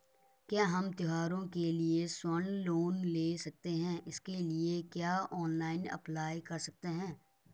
क्या हम त्यौहारों के लिए स्वर्ण लोन ले सकते हैं इसके लिए क्या ऑनलाइन अप्लाई कर सकते हैं?